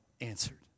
answered